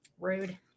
Rude